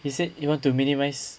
they said they want to minimise